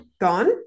gone